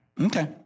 Okay